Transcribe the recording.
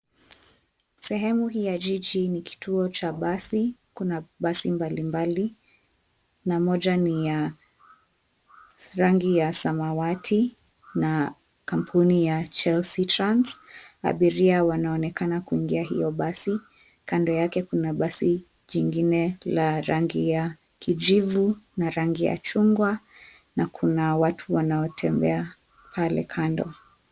Sehemu hii ya jiji ni kituo cha basi. Kuna basi mbali mbali na moja ni ya rangi ya samawati na kampuni ya Chelsea Trans . Abiria wanaonekana kuingia hio basi. Kando yake kuna basi jingine la rangi ya kijivu na rangi ya chungwa na kuna watu wanaotembea pale kando.